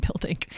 building